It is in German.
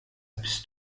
bist